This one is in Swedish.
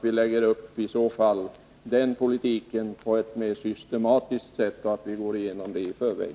I så fall måste vi föra en mer systematisk politik och gå igenom det hela i förväg.